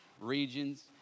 regions